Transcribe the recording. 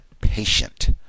patient